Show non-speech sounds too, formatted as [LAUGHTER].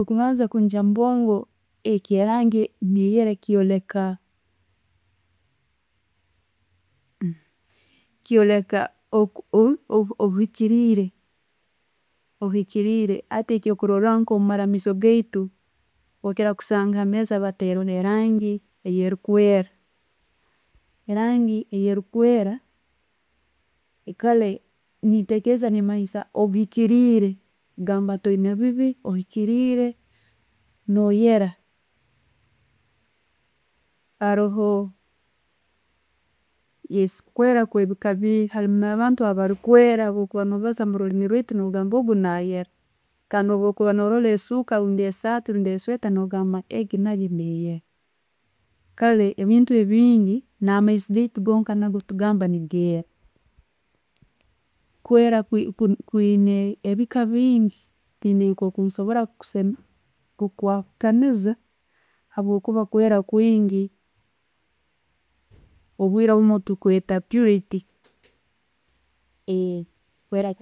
Echikubanza nkunyiizira omubwongo egyo langi neyera kyorekya [HESITATION] obugirire, obuhikirire hati nkokuroraho omumaramuzo gaitu, otera kusanga hameeza batereho range erikwera, erange erikwera, kale nintekereza ne'manyisa obwikirire gambe toyina bibi, oyikirire, no'yela. Haroho [HESITATION] kwela kwabika bingi, haroho na'bantu abali kwera no'baaza muruliimu rwaitu no'gamba ogwo nayera kandi bwokuba no'rora esuka rundi esaati rundi e sweater, no 'gamba egyo naiyo neyera. Kali ebintu ebindi, namaiso gaitu netugamba negera. Kwera kuyina ebiika bingi, teniina kusobora kwawukaniiza habwokuba kwera kwingi, obwiirebuuno tukweeta purity. [HESITATION]